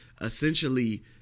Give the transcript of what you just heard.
essentially